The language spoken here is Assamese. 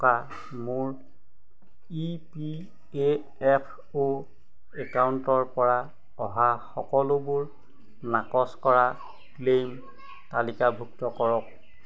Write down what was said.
থকা মোৰ ই পি এ এফ অ' একাউণ্টৰ পৰা অহা সকলোবোৰ নাকচ কৰা ক্লেইম তালিকাভুক্ত কৰক